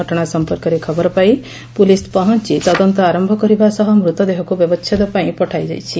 ଘଟଶା ସମ୍ମର୍କରେ ଖବର ପାଇ ପୁଲିସ ପହଞ୍ ତଦନ୍ତ ଆରମ୍ କରିବା ସହ ମୃତଦେହକୁ ବ୍ୟବଛେଦ ପାଇଁ ପଠାଇଛି